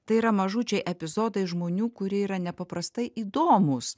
tai yra mažučiai epizodai žmonių kurie yra nepaprastai įdomūs